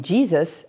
Jesus